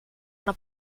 una